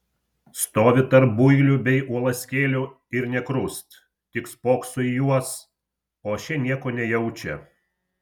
stovi tarp builių bei uolaskėlių ir nė krust tik spokso į juos o šie nieko nejaučia